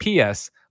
PS